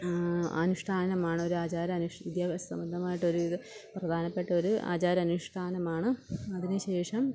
അനുഷ്ഠാനമാണ് ഒരു ആചാര വിദ്യാഭ്യാസ സംബന്ധമായിട്ട് ഒരു വിധം പ്രധാനപ്പെട്ട ഒരു ആചാര അനുഷ്ഠാനമാണ് അതിനുശേഷം